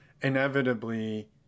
inevitably